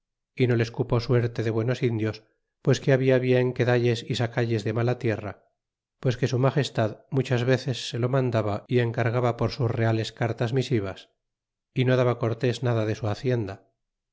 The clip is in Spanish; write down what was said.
y no les cupo suerte de menos indios pues que habia bien que dalles y sacalles de mala tierra pues que su lliagestad thuchas veces se lo mandaba y encargaba por sus reales cartas misivas y no daba cortes nada de su hacienda